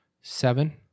Seven